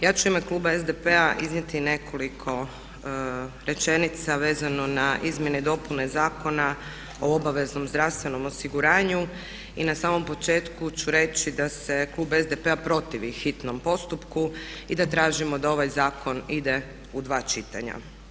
Ja ću u ime kluba SDP-a iznijeti nekoliko rečenica vezano na izmjene i dopune Zakona o obveznom zdravstvenom osiguranju i na samom početku ću reći da se klub SDP-a protivi hitnom postupku i da tražimo da ovaj zakon ide u dva čitanja.